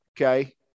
okay